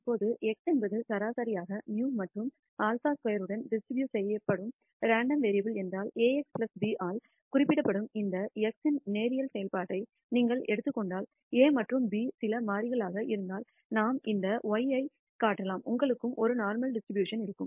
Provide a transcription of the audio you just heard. இப்போது x என்பது சராசரியாக μ மற்றும் σ2 உடன் டிஸ்ட்ரிபூட் செய்யப்படும் ரேண்டம் வேரியபுல் என்றால் ax b ஆல் குறிக்கப்படும் இந்த x இன் நேரியல் செயல்பாட்டை நீங்கள் எடுத்துக் கொண்டால் a மற்றும் b சில மாறிலிகளாக இருந்தால் நாம் அந்த y ஐக் காட்டலாம் உங்களுக்கும் ஒரு நோர்மல் டிஸ்ட்ரிபியூஷன்இருக்கும்